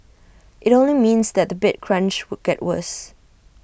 IT only means that the bed crunch would get worse